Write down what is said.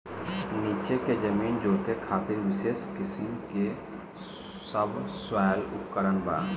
नीचे के जमीन जोते खातिर विशेष किसिम के सबसॉइल उपकरण बा